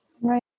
Right